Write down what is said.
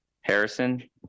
Harrison